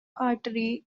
artery